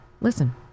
Listen